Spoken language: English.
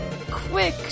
quick